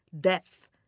death